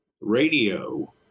radio